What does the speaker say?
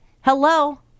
hello